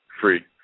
free